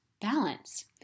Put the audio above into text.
balance